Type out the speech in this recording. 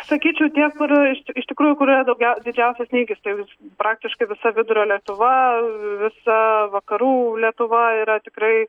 sakyčiau tie kur iš iš tikrųjų kur yra daugiau didžiausias snygis tai praktiškai visa vidurio lietuva visa vakarų lietuva yra tikrai